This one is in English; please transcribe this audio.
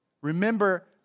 remember